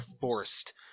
forced